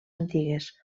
antigues